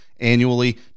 annually